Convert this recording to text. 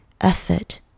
effort